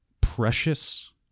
precious